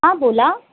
हां बोला